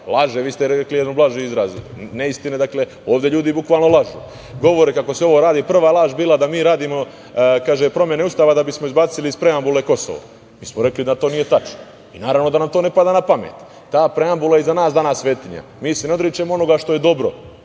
laže, vi ste rekli jedan blaži izraz neistine. Dakle, ovde ljudi bukvalno lažu. Govore kako se ovo radi, prva laž je bila da mi radimo, kaže - promene Ustava da bismo izbacili iz preambule Kosovo. Mi smo rekli da to nije tačno i naravno da nam to ne pada napamet. Ta preambula iza nas dana svetinja. Mi se ne odričemo onoga što je dobro